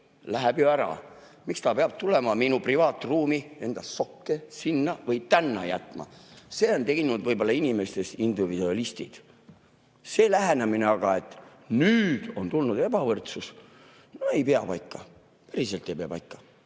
läheb ju ära. Miks ta peab tulema minu privaatruumi endast sokke sinna või tänna maha jätma? See on teinud võib-olla inimestest individualistid. See lähenemine aga, et nüüd on tulnud ebavõrdsus – no ei pea paika. Päriselt ei pea paika.